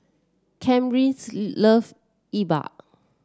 Camryn love Yi Bua